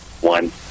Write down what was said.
One